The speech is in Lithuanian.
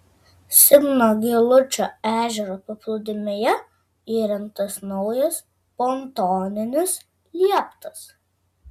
simno giluičio ežero paplūdimyje įrengtas naujas pontoninis lieptas